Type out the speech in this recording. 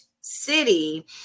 city